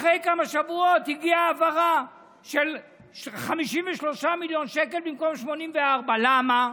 אחרי כמה שבועות הגיעה העברה של 53 מיליון שקל במקום 84. למה?